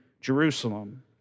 Jerusalem